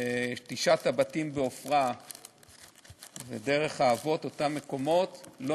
תשעת הבתים בעפרה ודרך-האבות, אותם מקומות לא